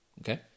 Okay